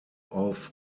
auf